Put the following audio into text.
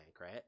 right